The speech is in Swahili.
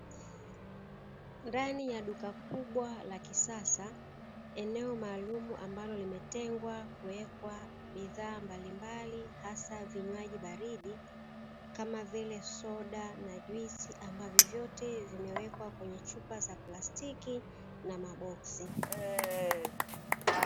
Ndani ya duka kubwa la kisasa, eneo maalumu ambalo limetengwa kuwekwa bidhaa mbalimbali hasa vinywaji baridi kama vile soda na juisi, ambavyo vyote vimewekwa kwenye chupa la plastiki na maboksi.